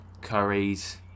curries